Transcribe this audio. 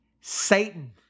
Satan